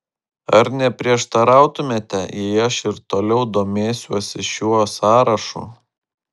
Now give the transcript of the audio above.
ar neprieštarautumėte jei aš ir toliau domėsiuosi šiuo sąrašu